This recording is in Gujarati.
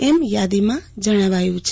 એમ યાદીમાં જણાવ્યું છે